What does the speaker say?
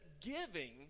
giving